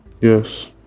Yes